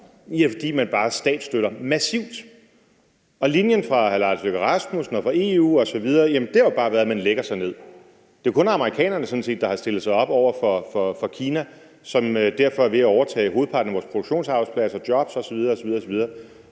det? Fordi man bare statsstøtter massivt. Og linjen fra udenrigsministeren og fra EU osv. har bare været, at man lægger sig ned. Det er kun amerikanerne, sådan set, der har stillet sig op over for Kina, som er ved at overtage hovedparten vores produktionsarbejdspladser, job osv. osv. Det,